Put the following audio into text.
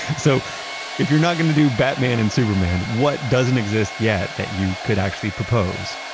so if you're not going to do batman and superman, what doesn't exist yet that you could actually propose?